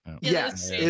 yes